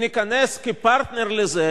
אם ניכנס כפרטנר לזה,